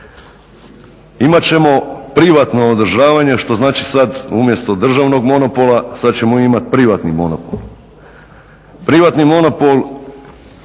Imat ćemo privatno održavanje što znači sada umjesto državnog monopola sada ćemo imati privatni monopol. U ovakvom